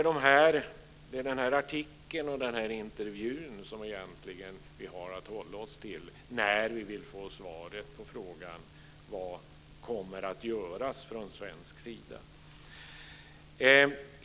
Det är denna artikel och denna intervju vi egentligen har att hålla oss till när vi vill ha svaret på frågan vad som kommer att göras från svensk sida.